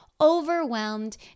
overwhelmed